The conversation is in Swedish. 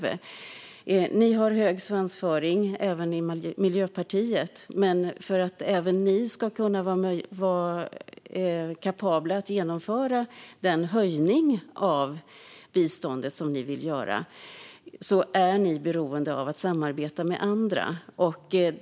Även Miljöpartiet har hög svansföring, men för att även ni ska vara kapabla att genomföra den höjning av biståndet ni vill göra är ni beroende av att samarbeta med andra.